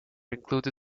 included